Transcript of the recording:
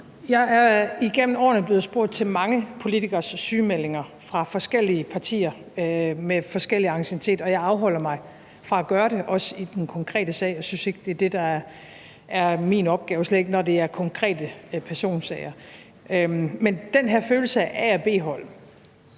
Jeg er igennem årene blevet spurgt til mange sygemeldinger fra politikere med forskellig anciennitet og fra forskellige partier, og jeg afholder mig fra at gå ind i det, også i den konkrete sag. Jeg synes ikke, det er det, der er min opgave, slet ikke når det er konkrete personsager. Men om den her følelse af et A- og